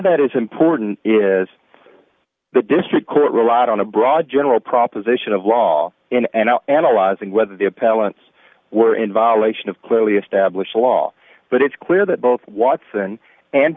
that is important is the district court relied on a broad general proposition of law and analyzing whether the appellant's were in violation of clearly established law but it's clear that both watson and